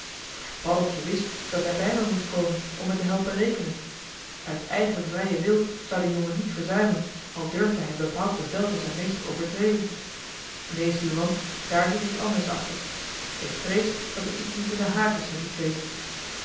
maar paddeltje wist dat hij bij me moest komen om me te helpen rekenen uit eigen vrijen wil zou de jongen niet verzuimen al durfde hij een bepaald bevel van zijn meester overtreden neen stuurman daar zit iets anders achter ik vrees dat er iets niet in den haak is met die twee